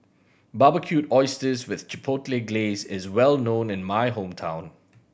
Barbecued Oysters with Chipotle Glaze is well known in my hometown